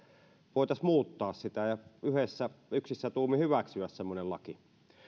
voitaisiin muuttaa sitä ja yksissä tuumin hyväksyä semmoinen laki